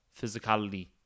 physicality